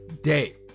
day